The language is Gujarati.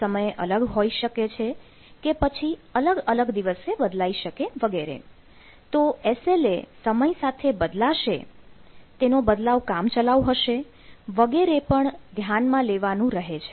સમય સાથે બદલાશે તેનો બદલાવ કામચલાઉ હશે વગેરે પણ ધ્યાનમાં લેવાનું રહે છે